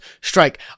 strike